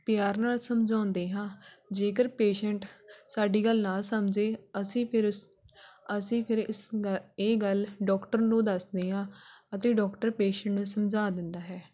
ਪਿਆਰ ਨਾਲ ਸਮਝਾਉਂਦੇ ਹਾਂ ਜੇਕਰ ਪੇਸ਼ੈਂਟ ਸਾਡੀ ਗੱਲ ਨਾ ਸਮਝੇ ਅਸੀਂ ਫਿਰ ਇਸ ਅਸੀਂ ਫਿਰ ਇਸ ਗ ਇਹ ਗੱਲ ਡੋਕਟਰ ਨੂੰ ਦੱਸਦੇ ਹਾਂ ਅਤੇ ਡੋਕਟਰ ਪੇਸ਼ੈਂਟ ਨੂੰ ਸਮਝਾ ਦਿੰਦਾ ਹੈ